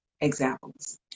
examples